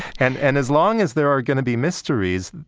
and and as long as there are going to be mysteries,